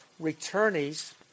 returnees